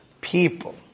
people